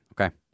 okay